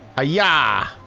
ah yeah